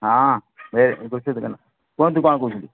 ହଁ ଏ ଗୁଟେ ସେକେଣ୍ଡ୍ କୁହନ୍ତୁ କାଣା କହୁଛନ୍ତି